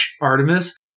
Artemis